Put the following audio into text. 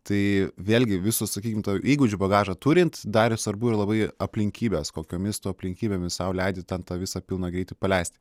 tai vėlgi visos sakykime tavo įgūdžių bagažą turint dar yra svarbu ir labai aplinkybės kokiomis tu aplinkybėmis sau leidi ten tą visą pilną greitį paleisti